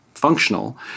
functional